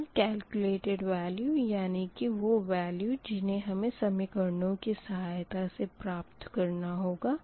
यहाँ calculated value यानी कि वो वेल्यू जिन्हें हमें समीकरणों की सहायता से प्राप्त करना होगा